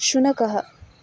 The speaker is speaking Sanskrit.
शुनकः